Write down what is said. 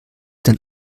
denn